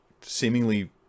seemingly